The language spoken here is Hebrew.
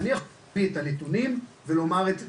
אני יכול להביא את הנתונים ולומר את דעתנו,